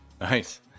Nice